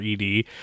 ED